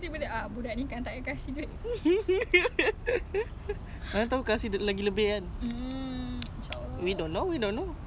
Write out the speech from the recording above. dia orang cakap apa one conversation thirty six dollars so this is already one conversation